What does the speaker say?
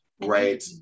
Right